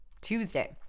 Tuesday